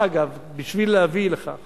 בשביל להביא לכך